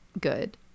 good